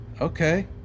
Okay